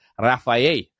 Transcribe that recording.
Rafael